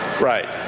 Right